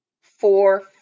four